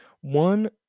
One